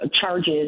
charges